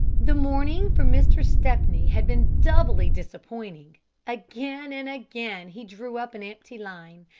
the morning for mr. stepney had been doubly disappointing again and again he drew up an empty line,